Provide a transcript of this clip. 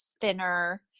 thinner